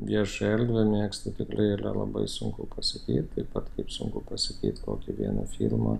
viešą erdvę mėgstu tai yra labai sunku pasakyti taip pat kaip sunku pasakyt kokį vieną filmą